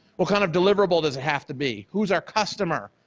what kind of deliverable does it have to be? who's our costumer?